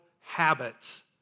habits